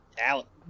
out